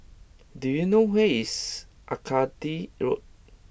do you know where is Arcadia Road